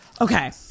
Okay